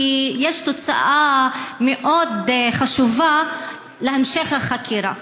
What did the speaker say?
כי יש תוצאה מאוד חשובה להמשך החקירה.